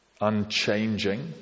unchanging